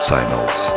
Signals